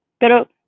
pero